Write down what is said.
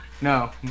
no